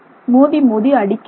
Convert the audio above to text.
மோதி மோதி அடிக்கின்றன